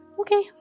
Okay